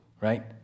Right